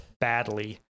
badly